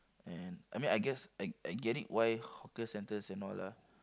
and I mean guess I I get it why hawker centres and all lah